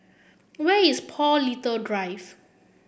where is Paul Little Drive